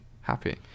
happy